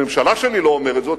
הממשלה שלי לא אומרת זאת,